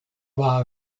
waar